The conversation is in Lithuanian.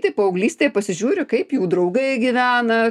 tai paauglystėj pasižiūri kaip jų draugai gyvena